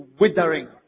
withering